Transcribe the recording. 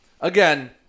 Again –